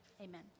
Amen